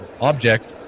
object